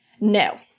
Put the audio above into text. No